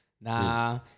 nah